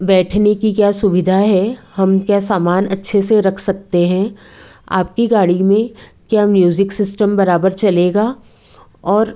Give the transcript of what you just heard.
बैठने की क्या सुविधा है हम क्या सामान अच्छे से रख सकते हें आपकी गाड़ी में क्या म्यूज़िक सिस्टम बराबर चलेगा और